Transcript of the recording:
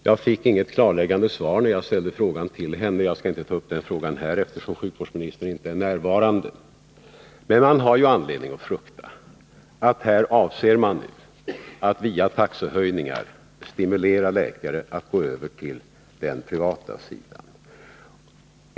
Jag fick inget klarläggande svar när jag frågade sjukvårdsministern, men jag skall inte nu närmare gå in på den saken, eftersom hon inte är närvarande i kammaren. Men man har anledning frukta att avsikten är att genom generösare taxebestämmelser stimulera läkare att gå över till den privata vårdsidan.